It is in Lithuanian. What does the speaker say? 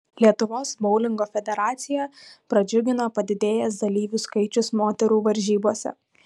lietuvos boulingo federaciją pradžiugino padidėjęs dalyvių skaičius moterų varžybose